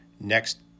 next